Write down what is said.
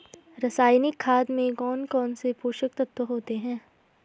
रासायनिक खाद में कौन कौन से पोषक तत्व होते हैं?